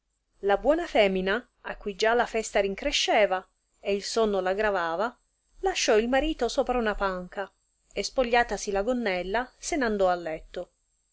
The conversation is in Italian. la buona femina a cui già la festa rincresceva e il sonno la gravava lasciò il marito sopra una panca e spogliatasi la gonnella se n andò a letto